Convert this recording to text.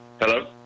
Hello